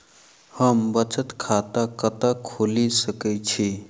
हम बचत खाता कतऽ खोलि सकै छी?